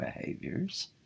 behaviors